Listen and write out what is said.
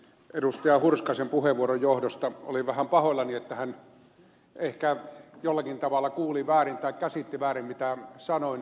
hurskaisen puheenvuoron johdosta olin vähän pahoillani että hän ehkä jollakin tavalla kuuli väärin tai käsitti väärin mitä sanoin